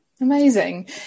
Amazing